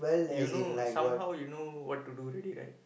you know somehow you know what to do already right